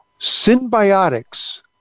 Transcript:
symbiotics